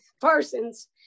Parsons